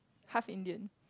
half Indian